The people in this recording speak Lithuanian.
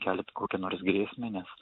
keliat kokią nors grėsmę nes